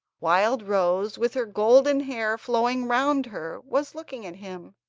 wildrose, with her golden hair flowing round her, was looking at him.